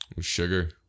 Sugar